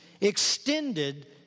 extended